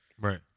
Right